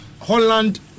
Holland